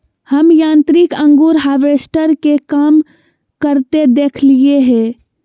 हम यांत्रिक अंगूर हार्वेस्टर के काम करते देखलिए हें